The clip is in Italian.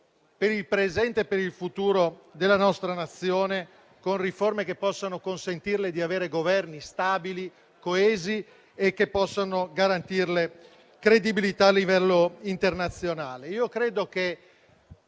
per il presente e per il futuro della nostra Nazione, con riforme che possano consentirle di avere governi stabili, coesi e che possano garantirle credibilità a livello internazionale. Io credo che